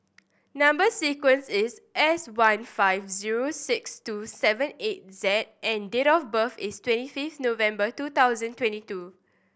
number sequence is S one five zero six two seven eight Z and date of birth is twenty fifth November two thousand twenty two